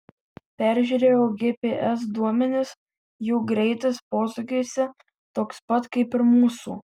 peržiūrėjau gps duomenis jų greitis posūkiuose toks pat kaip ir mūsų